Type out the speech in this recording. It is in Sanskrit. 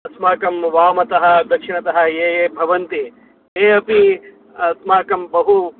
अस्माकं वामतः दक्षिणतः ये ये भवन्ति ते अपि अस्माकं बहु